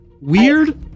Weird